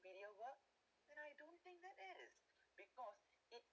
superior work and I don't think that is because it